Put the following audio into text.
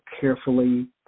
carefully